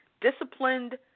disciplined